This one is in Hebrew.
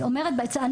אנחנו,